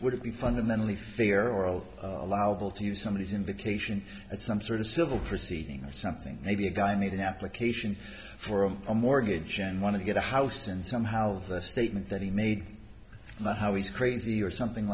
would it be fundamentally thier oath allowable to use some of these invocation at some sort of civil proceeding or something maybe a guy need an application for a mortgage and want to get a house and somehow the statement that he made about how he's crazy or something